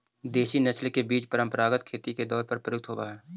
देशी नस्ल के बीज परम्परागत खेती के दौर में प्रयुक्त होवऽ हलई